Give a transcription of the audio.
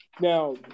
Now